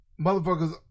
motherfuckers